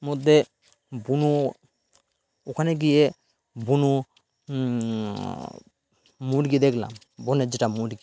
মধ্যে বুনো ওখানে গিয়ে বুনো মুরগি দেখলাম বনের যেটা মুরগি